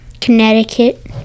Connecticut